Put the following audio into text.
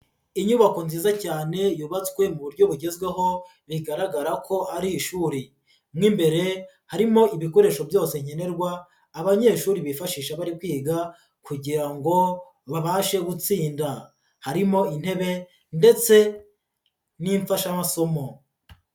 Inyubako nziza cyane yubatswe mu buryo bugezweho, bigaragara ko ari ishuri, mo imbere harimo ibikoresho byose nkenenerwa abanyeshuri bifashisha bari kwiga kugirango babashe gutsinda, harimo intebe ndetse n'imfashamasomo.